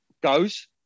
goes